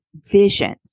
visions